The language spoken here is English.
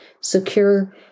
secure